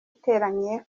iteranye